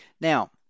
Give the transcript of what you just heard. Now